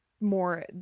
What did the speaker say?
more